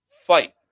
fight